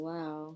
Wow